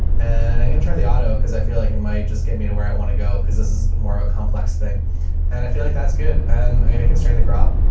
and i'm going to try the auto cause i feel like it might just get me to where i want to go cause this is more of a complex thing and i feel like that's good and i'm going to constrain the crop.